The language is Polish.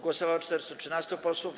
Głosowało 413 posłów.